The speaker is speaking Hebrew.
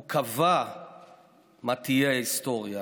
הוא קבע מה תהיה ההיסטוריה